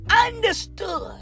understood